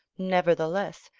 nevertheless,